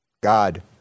God